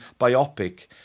biopic